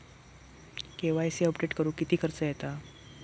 KYC update करुक किती खर्च येता?